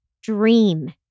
dream